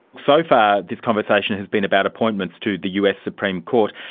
so far this conversation has been about appointments to the us supreme court.